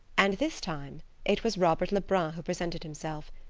and this time it was robert lebrun who presented himself.